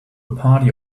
party